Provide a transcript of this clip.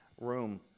room